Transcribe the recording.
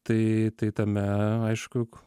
tai tai tame aišku